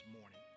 morning